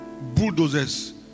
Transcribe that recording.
bulldozers